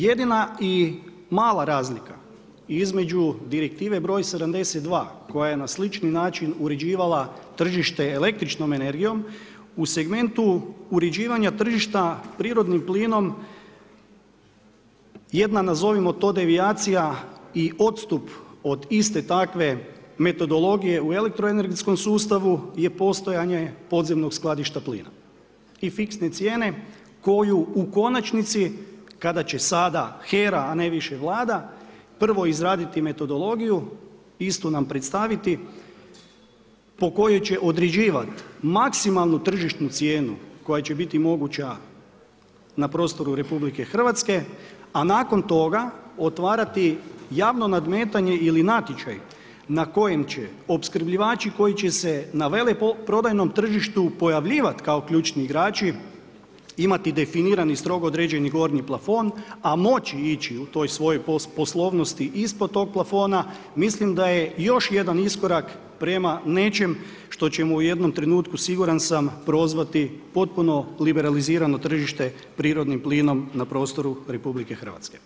Jedina i mala razlika između Direktive br. 72 koja je na slični način uređivala tržište električnom energijom, u segmentu uređivanja tržišta prirodnim plinom jedna nazovimo to devijacija i odstup od iste takve metodologije u elektroenergetskom sustavu je postojanje podzemnog skladišta plina i fiksne cijene koju u konačnici kada će sada HERA a ne više Vlada, prvo izraditi metodologiju, istu nam predstaviti, po kojoj će određivati maksimalnu tržišnu cijenu koja će biti moguća na prostoru RH a nakon toga otvarati javno nadmetanje ili natječaj na kojem će opskrbljivači koji će se na veleprodajnom tržištu pojavljivati kao ključni igrači, imati definirani strogo određeni gornji plafon a moći ići u toj svojoj poslovnosti ispod tog plafona, mislim da je još jedan iskorak prema nečemu što će mu u jednom trenutku, siguran sam, prozvati potpuno liberalizirano tržište prirodnim plinom na prostoru RH.